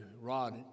rod